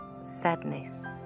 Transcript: sadness